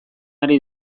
ari